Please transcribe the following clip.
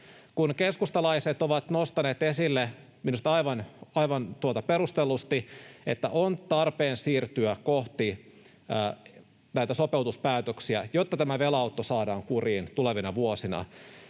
Kun keskustalaiset ovat nostaneet esille minusta aivan perustellusti, että on tarpeen siirtyä kohti näitä sopeutuspäätöksiä, jotta tämä velanotto saadaan kuriin tulevina vuosina,